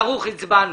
הצבענו.